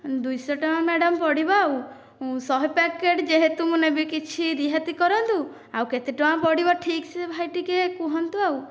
ଦୁଇଶହ ଟଙ୍କା ମ୍ୟାଡ଼ାମ ପଡ଼ିବ ଆଉ ଶହେ ପ୍ୟାକେଟ୍ ଯେହେତୁ ମୁଁ ନେବି କିଛି ରିହାତି କରନ୍ତୁ ଆଉ କେତେ ଟଙ୍କା ପଡ଼ିବ ଠିକ ସେ ଭାଇ ଟିକିଏ କୁହନ୍ତୁ ଆଉ